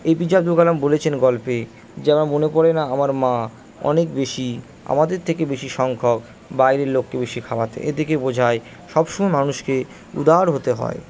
APJ Abdul Kalam বলেছেন গল্প যে আমার মনে পড়ে না আমার মা অনেক বেশি আমাদের থেকে বেশি সংখ্যক বাইরের লোককে বেশি খাওয়াতে এ দেখে বোঝায় সবসময় মানুষকে উদার হতে হয়